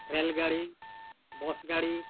rail ᱜᱟᱹᱰᱤ bus ᱜᱟᱹᱰᱤ